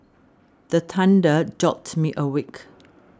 the thunder jolt me awake